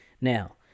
Now